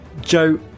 Joe